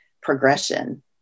progression